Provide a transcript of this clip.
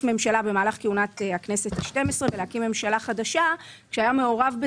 ממשלה במהלך כהונת הכנסת ה-12 ולהקים ממשלה חדשה כשהיו מעורבות